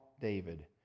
David